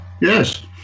Yes